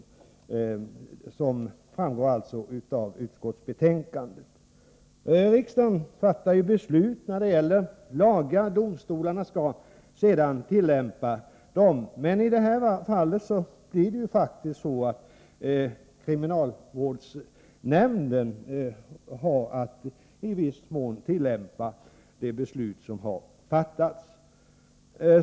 Det framgår av justitieutskottets betänkande. Riksdagen fattar ju beslut i lagfrågor. Domstolarna har sedan att tillämpa vad som beslutats. Men i det här fallet är det kriminalvårdsnämnden som har att tillämpa det beslut som har fattats.